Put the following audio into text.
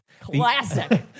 classic